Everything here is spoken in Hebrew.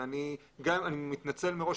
ואני מתנצל מראש,